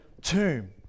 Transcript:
tomb